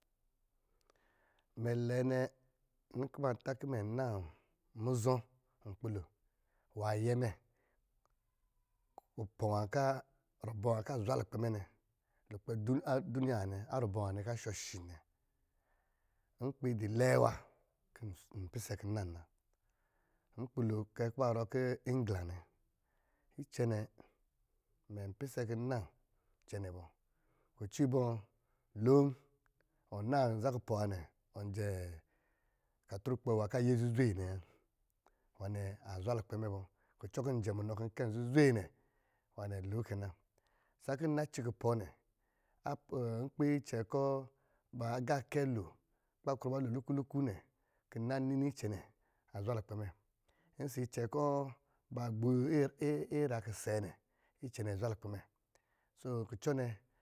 Mɛ lɛɛ nɛ nkɔ̄ ba ta kɔ̄ mɛ nan muzɔ̄ nkpi lo nwá ayɛ mɛ kupɔ̄ nwá kɔ̄ a rubɔ nwá nɛ kɔ̄ n shɔ̄ shi nɛ, nkpi dɔ̄ lɛɛ, wa kɔ̄ npisɛ kɔ̄ nnan na, nkpiilo kɛ kɔ̄ ba rɔɔ kɔ̄ england nɛ, icɛnɛ, mɛn pisɛ kɔ̄ n nan cɛnɛ bɔ. Kucɔ ibɔ̄? Lom ɔn naa nza kupɔ̄ nwá nɛ ɔn jɛ nakatrukpɔ nwan kɔ̄ a ye zuzwe nɛ wa, nwá nɛ azwa lukpɛ mɛ, kucɔ njɛ munɔ kɔ̄ n kɛn zuzwee nɛ, nwá nɛ lo kɛ na, sakɔ̄ nna ci kupɔ̄ nɛ, nkpi icɛ kɔ̄ baagáakɛ lo kɔ̄ ba krɔ ba lo luku- luku nɛ, kɔ̄ nna nini icɛnɛ azwa lukpɛ mɛ, ɔsɔ̄ icɛ̄ nɛ, icɛnɛ zwa lukpɛ mɛ kucɔ nɛ.